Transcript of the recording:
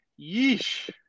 Yeesh